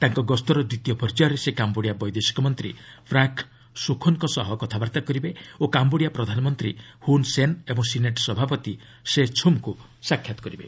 ତାଙ୍କ ଗସ୍ତର ଦ୍ୱିତୀୟ ପର୍ଯ୍ୟାୟରେ ସେ କାମ୍ଘୋଡ଼ିଆ ବୈଦେଶିକ ମନ୍ତ୍ରୀ ପ୍ରାକ୍ ସୋଖୋନ୍ଙ୍କ ସହ କଥାବାର୍ତ୍ତା କରିବେ ଓ କାମ୍ଘୋଡ଼ିଆ ପ୍ରଧାନମନ୍ତ୍ରୀ ହୁନ୍ ସେନ୍ ଏବଂ ସିନେଟ୍ ସଭାପତି ସେ ଛୁମ୍ଙ୍କୁ ସାକ୍ଷାତ କରିବେ